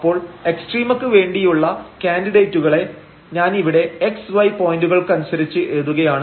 അപ്പോൾ എക്സ്ട്രീമക്ക് വേണ്ടിയുള്ള കാന്ഡിഡേറ്റുകളെ ഞാനിവിടെ x y പോയന്റുകൾക്കനുസരിച്ച് എഴുതുകയാണ്